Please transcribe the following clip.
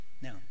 Now